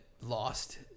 Lost